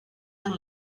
and